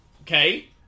Okay